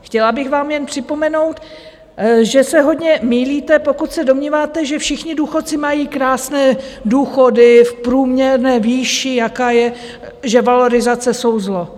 Chtěla bych vám jen připomenout, že se hodně mýlíte, pokud se domníváte, že všichni důchodci mají krásné důchody v průměrné výši, jaká je, že valorizace jsou zlo.